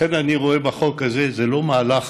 לכן, אני רואה בחוק הזה, זה לא מהלך